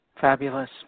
Fabulous